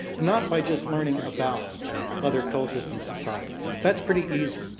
not by just learning about other cultures and societies, that's pretty easy.